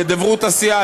לדוברוּת הסיעה,